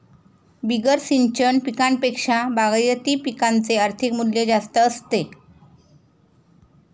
बिगर सिंचन पिकांपेक्षा बागायती पिकांचे आर्थिक मूल्य जास्त असते